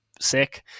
sick